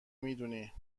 میدونی